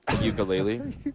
Ukulele